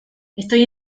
estoy